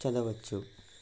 చదవచ్చు